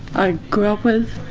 i grew up with.